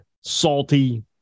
salty